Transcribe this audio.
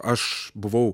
aš buvau